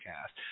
cast